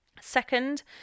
Second